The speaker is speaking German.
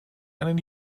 einen